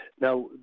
Now